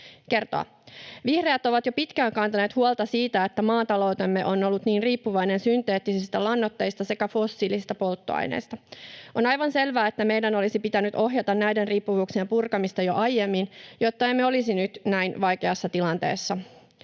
kertoa. Vihreät ovat jo pitkään kantaneet huolta siitä, että maataloutemme on ollut niin riippuvainen synteettisistä lannoitteista sekä fossiilisista polttoaineista. On aivan selvää, että meidän olisi pitänyt ohjata näiden riippuvuuksien purkamista jo aiemmin, jotta emme olisi nyt näin vaikeassa tilanteessa